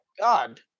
God